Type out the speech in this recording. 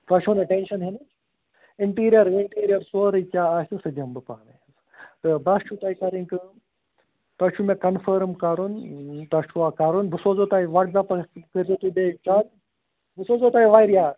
تۅہہِ چھَو نہٕ ٹٮ۪نٛشن ہیٚنۍ اِنٹیٖریر وِنٛٹیٖریر سورُے کیٛاہ آسہِ سُہ دِمہٕ بہٕ پانَے حظ تہٕ بس چھُو تۅہہِ کَرٕنۍ کٲم تۅہہِ چھُوا مےٚ کنفٲرِٕم کَرُن تۄہہِ چھُوا کَرُن بہٕ سوزہو تۅہہِ واٹٕس ایپس کٔرۍزیٚو تُہۍ بیٚیہِ چیک بہٕ سوزہو تۅہہِ وارِیاہ